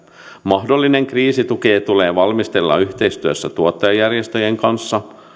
mahdollinen kriisituki tulee valmistella yhteistyössä tuottajajärjestöjen kanssa